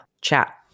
chat